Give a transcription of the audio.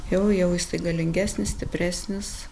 jau jau jisai galingesnis stipresnis